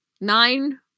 Nine